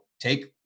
take